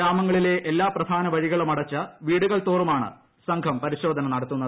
ഗ്രാമങ്ങളിലെ എല്ലാ പ്രധാന വഴികളും അടച്ച് വീടുകൾ തോറുമാണ് സംഘം പരിശോധന നടത്തുന്നത്